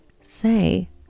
say